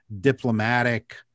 diplomatic